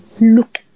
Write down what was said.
look